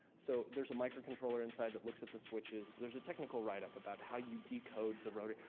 so there's a microcontroller inside that looks at the switches. there's a technical write up about how you decode the rotary.